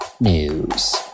news